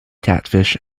catfish